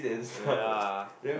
ya